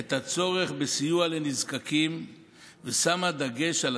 את הצורך בסיוע לנזקקים ושמה דגש על